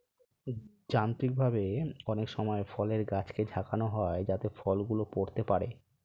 যান্ত্রিকভাবে অনেক সময় ফলের গাছকে ঝাঁকানো হয় যাতে ফল গুলো পড়তে পারে